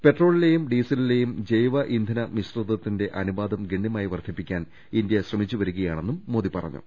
പെട്രോളിലെയും ഡീസലിലെയും ജൈവ ഇന്ധന മിശ്രിതത്തിന്റെ അനുപാതം ഗണ്യമായി വർദ്ധിപ്പിക്കാൻ ഇന്ത്യ ശ്രമിച്ചുവരികയാ ണെന്നും മോദി പറഞ്ഞു